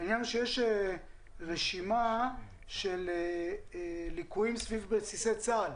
העניין הוא שיש רשימה של ליקויים סביב בסיסי צה"ל.